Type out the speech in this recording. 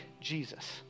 Jesus